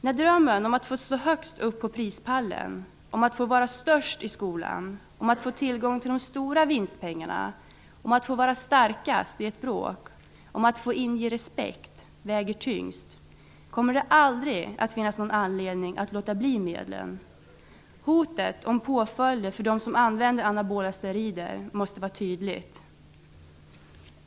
När drömmen om att få stå högst på prispallen, om att få vara störst i skolan, om att få tillgång till de stora vinstpengarna, om att få vara starkast i ett bråk, om att få inge respekt väger tyngst, kommer det aldrig att finnas någon anledning att låta bli medlen. Hotet om påföljder för dem som använder anabola steroider måste vara tydligt.